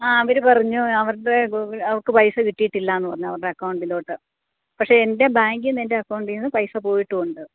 ആ അവർ പറഞ്ഞു അവരുടെ ഗൂഗിൾ അവർക്ക് പൈസ കിട്ടിയിട്ടില്ല എന്ന് പറഞ്ഞു അവരുടെ അക്കൗണ്ടിലോട്ട് പക്ഷേ എൻ്റെ ബാങ്കിൽനിന്ന് എൻ്റെ അക്കൗണ്ടീന്ന് പൈസ പോയിട്ടും ഉണ്ട്